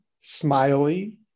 smiley